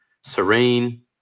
serene